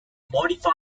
modify